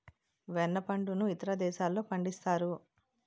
వెన్న పండును ఇతర దేశాల్లో పండిస్తారు